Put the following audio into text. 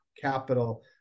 Capital